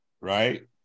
right